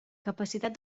capacitat